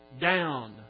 down